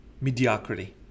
mediocrity